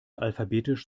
alphabetisch